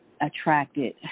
attracted